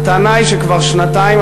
הטענה היא שכבר שנתיים,